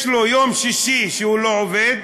יש לו יום שישי שהוא לא עובד,